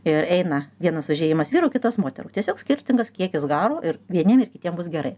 ir eina vienas užėjimas vyrų kitas moterų tiesiog skirtingas kiekis garo ir vieniem ir kitiem bus gerai